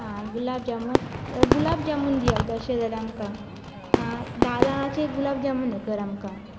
आं गुलाब जामुन गुलाब जामुन दी तशें जाल्यार आमकां धा जाणांचें गुलाब जामुन हें कर आमकां